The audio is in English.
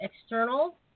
external